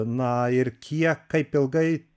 na ir kiek kaip ilgai